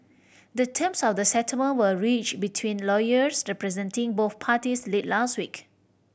the terms of the settlement were reach between lawyers representing both parties late last week